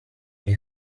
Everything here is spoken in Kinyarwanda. iyi